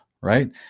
right